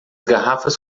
garrafas